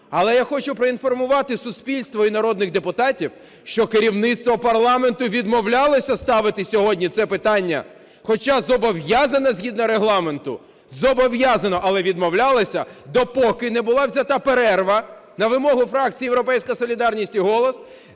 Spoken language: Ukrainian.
Але я хочу проінформувати суспільство і народних депутатів, що керівництво парламенту відмовлялося ставити сьогодні це питання, хоча зобов'язане згідно Регламенту. Зобов'язане, але відмовлялося, допоки не була взята перерва на вимогу фракцій "Європейська солідарність" і "Голос",